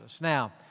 Now